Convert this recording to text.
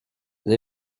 vous